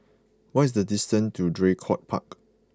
what is the distance to Draycott Park